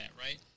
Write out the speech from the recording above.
right